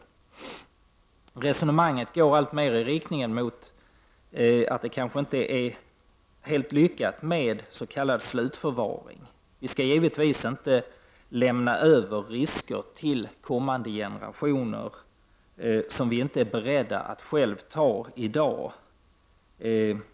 Resonemanget går alltmer i riktning mot att det kanske inte är helt lyckat med s.k slutförvaring. Vi skall givetvis inte till kommande generationer lämna över risker som vi själva inte är beredda att ta i dag.